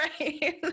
Right